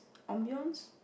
ambience